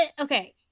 okay